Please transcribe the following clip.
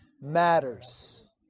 matters